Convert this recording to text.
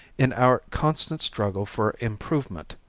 in our constant struggle for improvement,